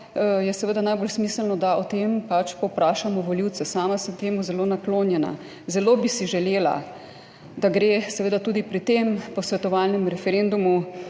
je seveda najbolj smiselno, da o tem pač povprašamo volivce. Sama sem temu zelo naklonjena. Zelo bi si želela, da gre seveda tudi pri tem posvetovalnem referendumu